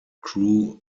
crew